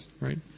right